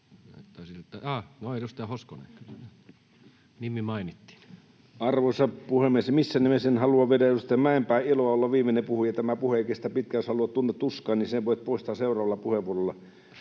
Arvoisa puhemies! En missään nimessä halua viedä edustaja Mäenpään iloa olla viimeinen puhuja. Tämä puhe ei kestä pitkään. Jos tunnet tuskaa, niin sen voit poistaa seuraavalla puheenvuorolla.